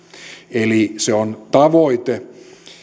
eli se on tavoite